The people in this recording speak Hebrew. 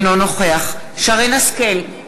אינו נוכח שרן השכל,